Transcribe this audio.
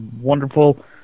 wonderful